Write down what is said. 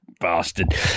bastard